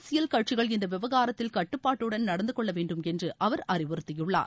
அரசியல் கட்சிகள் இந்த விவகாரத்தில் கட்டுப்பாட்டுடன் நடந்துகொள்ள வேண்டும் என்று அவர் அறிவுறுத்தியுள்ளார்